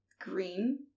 green